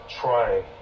trying